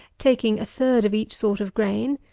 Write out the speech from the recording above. taking a third of each sort of grain,